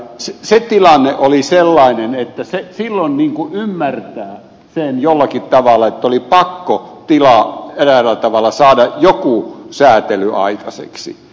se tilanne oli sellainen että silloin ymmärtää sen jollakin tavalla että oli pakkotila eräällä tavalla saada joku säätely aikaiseksi